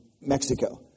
Mexico